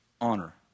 honor